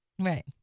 Right